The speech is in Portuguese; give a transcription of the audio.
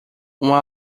uma